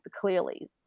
clearly